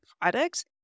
products